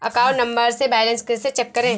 Account number से balance कैसे check करें?